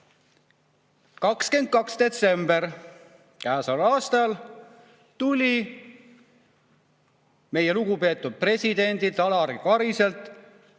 22. detsembril käesoleval aastal tuli meie lugupeetud presidendilt Alar Kariselt